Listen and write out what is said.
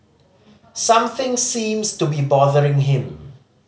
something seems to be bothering him